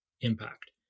impact